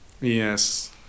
Yes